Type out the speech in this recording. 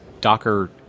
Docker